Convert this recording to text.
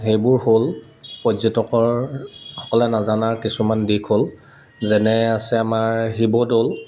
সেইবোৰ হ'ল পৰ্যটকৰ সকলে নাজানাৰ কিছুমান দিশ হ'ল যেনে আছে আমাৰ শিৱদৌল